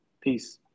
Peace